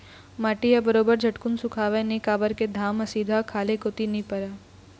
माटी ह बरोबर झटकुन सुखावय नइ काबर के घाम ह सीधा खाल्हे कोती नइ परय